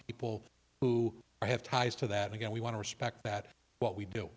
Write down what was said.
people who have ties to that again we want to respect that what we do